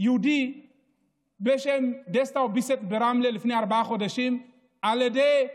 יהודי בשם דסטאו ביסטאי ברמלה לפני ארבעה חודשים על ידי ערבים,